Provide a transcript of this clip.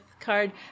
card